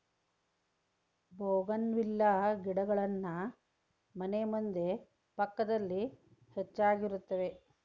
bougainvillea ಗಿಡಗಳನ್ನಾ ಮನೆ ಮುಂದೆ ಪಕ್ಕದಲ್ಲಿ ಹೆಚ್ಚಾಗಿರುತ್ತವೆ